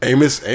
Amos